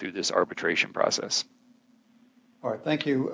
through this arbitration process i think you